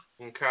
okay